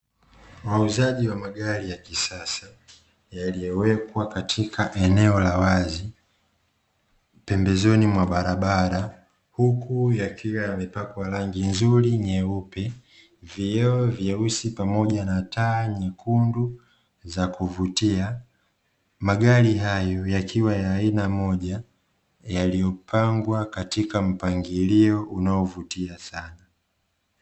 Wauzaji wa magari ya kisasa yaliyowekwa katika eneo la wazi pembezoni mwa barabara, huku yakiwa yamepakwa rangi nzuri nyeupe vioo vyeusi pamoja na taa nyekundu za kuvutia, Magari hayo yakiwa ya aina moja Yaliyopangwa katika mpangilio unaovutia sana.,